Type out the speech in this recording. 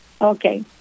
Okay